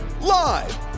Live